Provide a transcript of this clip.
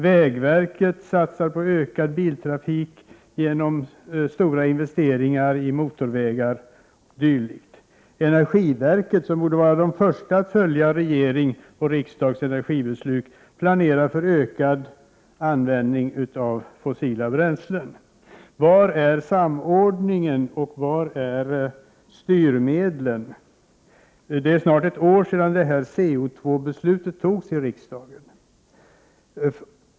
Vägverket satsar på ökad biltrafik genom stora investeringar i motorvägar o.d. Energiverket, som borde vara först när det gäller att följa regeringens och riksdagens energibeslut, planerar för ökad användning av fossila bränslen. Var är samordningen, och var är styrmedlen? Det är snart ett år sedan COy-beslutet fattades i riksdagen.